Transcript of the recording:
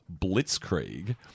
Blitzkrieg